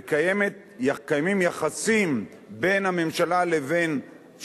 וקיימים יחסים בין הממשלה לבין,